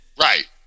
Right